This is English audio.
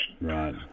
Right